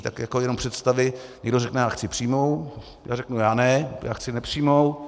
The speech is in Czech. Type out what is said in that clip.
Tak jenom představy, někdo řekne já chci přímou, já řeknu já ne, já chci nepřímou.